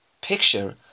picture